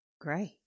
Great